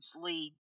lead